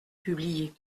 publié